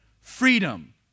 freedom